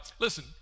listen